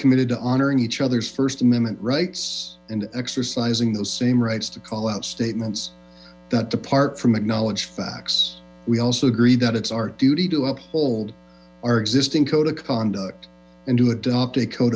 committed to honoring each other's first amendment rights and exercising those same rights to call out statements that depart from acknowledged facts we also agree that it's our duty to uphold our existing code conduct and to adopt a code